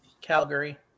Calgary